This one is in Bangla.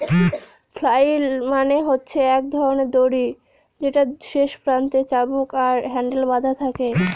ফ্লাইল মানে হচ্ছে এক ধরনের দড়ি যেটার শেষ প্রান্তে চাবুক আর হ্যান্ডেল বাধা থাকে